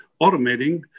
automating